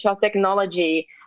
technology